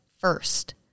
first